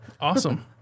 Awesome